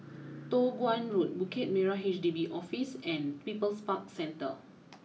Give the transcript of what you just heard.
Toh Guan Road Bukit Merah H D B Office and People's Park Centre